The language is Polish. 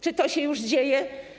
Czy to się już dzieje?